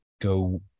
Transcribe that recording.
go